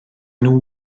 nhw